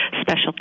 special